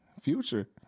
Future